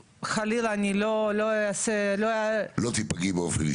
וחלילה אני לא --- לא תיפגעי באופן אישי.